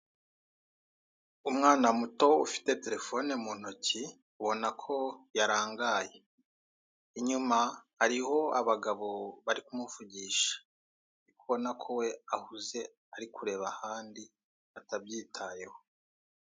Umwana muto ufite telefone mu ntoki ubona ko yarangaye, inyuma hariho abagabo bari kumuvugisha ariko ubona ko ahuze ari kureba ahandi atabyitayeho.